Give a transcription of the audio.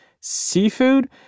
seafood